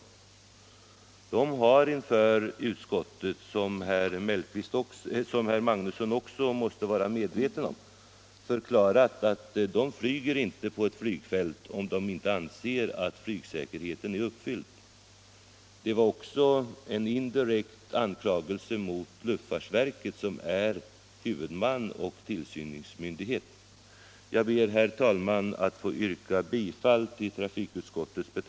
Men de har inför utskottet — vilket herr Magnusson måste vara medveten om -— förklarat att de inte flyger på ett flygfält, om de inte anser att flygsäkerhetskraven där är uppfyllda. Det var också en indirekt anklagelse mot luftfartsverket, som är huvudman och tillsynsmyndighet.